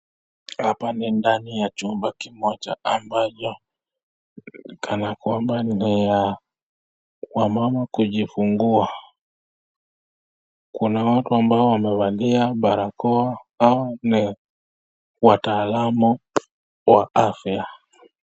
Hapa ni ndani ya chumba kimoja ambacho kana kwamba ni ya wamama kujifungua. Kuna watu ambao wamevalia barakoa awa ni wataalamu wa afya.